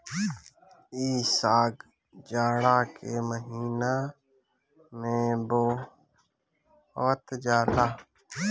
इ साग जाड़ा के महिना में बोअल जाला